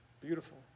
Beautiful